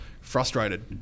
frustrated